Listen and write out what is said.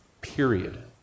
Period